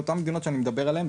אותן המדינות שאני מדבר עליהן,